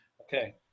Okay